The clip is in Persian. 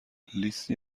لیستی